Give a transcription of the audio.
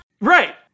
Right